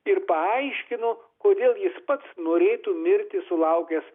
ir paaiškino kodėl jis pats norėtų mirti sulaukęs